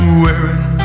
wearing